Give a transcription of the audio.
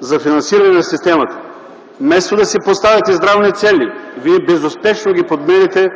за финансиране на системата. Вместо да си поставяте здравни цели, вие безуспешно ги подменяте